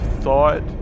thought